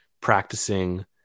practicing